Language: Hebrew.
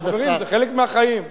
זה חלק מהחיים.